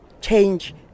change